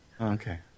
Okay